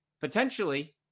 Potentially